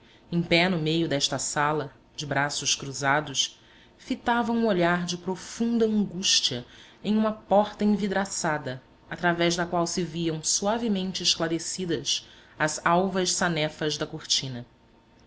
em pé no meio desta sala de braços cruzados fitava um olhar de profunda angústia em uma porta envidraçada através da qual se viam suavemente esclarecidas as alvas sanefas da cortina